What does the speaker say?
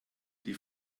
die